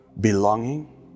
belonging